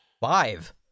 Five